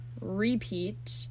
repeat